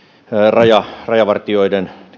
rajavartijoiden